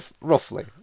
roughly